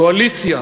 קואליציה,